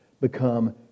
become